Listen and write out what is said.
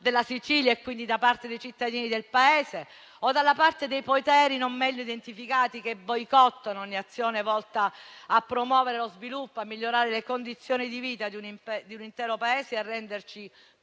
della Sicilia e quindi dalla parte dei cittadini del Paese, o dalla parte di poteri non meglio identificati che boicottano ogni azione volta a promuovere lo sviluppo, a migliorare le condizioni di vita di un intero Paese e a renderci come